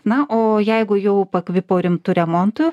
na o jeigu jau pakvipo rimtu remontu